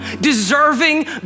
deserving